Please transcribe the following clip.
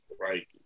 right